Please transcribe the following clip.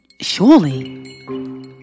surely